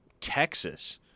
Texas